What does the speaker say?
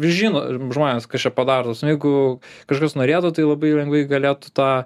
žino ir žmonės kas čia padaro pas mane jeigu kažkas norėtų tai labai lengvai galėtų tą